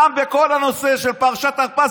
גם בכל הנושא של פרשת הרפז.